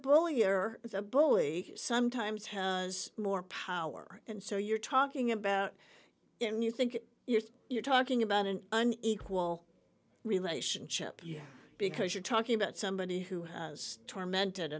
bully or the bully sometimes has more power and so you're talking about and you think you're talking about an unequal relationship because you're talking about somebody who has tormented